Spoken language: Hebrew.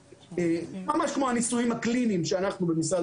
ממש כמו הניסויים הקליניים שאנחנו במשרד